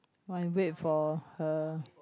I wait for her